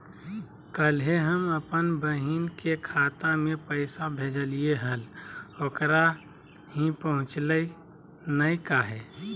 कल्हे हम अपन बहिन के खाता में पैसा भेजलिए हल, ओकरा ही पहुँचलई नई काहे?